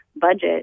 budget